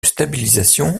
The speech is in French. stabilisation